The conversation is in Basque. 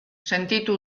sentitu